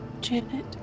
Janet